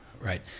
right